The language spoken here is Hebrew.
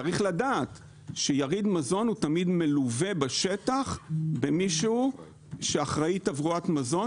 צריך לדעת שיריד מזון תמיד מלווה בשטח במישהו שהוא אחראי תברואת מזון,